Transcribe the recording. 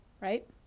right